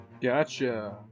Gotcha